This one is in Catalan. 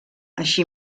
així